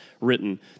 written